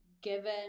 given